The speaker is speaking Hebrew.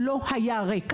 לא היה ריק.